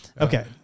Okay